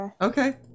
Okay